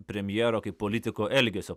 premjero kaip politiko elgesio